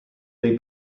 dei